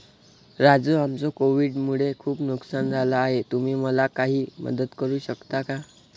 राजू आमचं कोविड मुळे खूप नुकसान झालं आहे तुम्ही मला काही मदत करू शकता का?